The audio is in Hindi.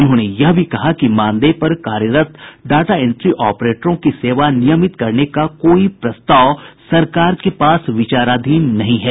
उन्होंने यह भी कहा कि मानदेय पर कार्यरत डाटा एंट्री ऑपरेटरों की सेवा नियमित करने का कोई प्रस्ताव सरकार के पास विचाराधीन नहीं है